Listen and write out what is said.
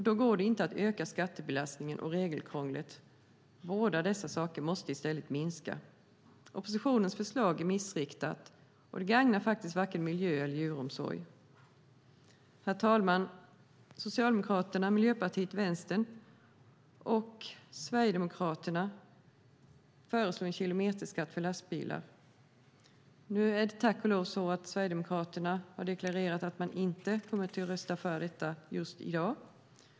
Då går det inte att öka skattebelastningen och regelkrånglet, utan båda dessa saker måste minska. Oppositionens förslag är missriktat och gagnar varken miljö eller djuromsorg. Herr talman! Socialdemokraterna, Miljöpartiet, Vänstern och Sverigedemokraterna föreslår en kilometerskatt för lastbilar. Nu är det tack och lov så att Sverigedemokraterna har deklarerat att de inte kommer att rösta för detta just i dag.